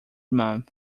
month